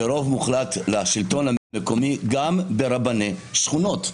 ורוב מוחלט לשלטון המקומי גם ברבני שכונות.